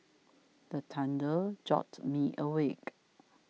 the thunder jolt me awake